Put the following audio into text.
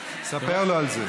ספר לו על זה.